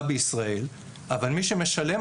יש מגוון